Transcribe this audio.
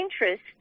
interest